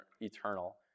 eternal